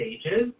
stages